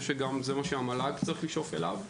זה גם מה שהמל"ג צריך לשאוף לו.